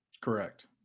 Correct